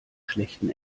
schlechten